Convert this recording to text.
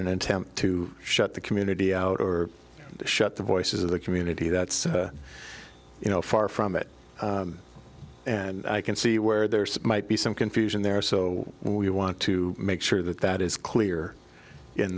an attempt to shut the community out or shut the voices of the community that's you know far from it and i can see where there smite be some confusion there so we want to make sure that that is clear in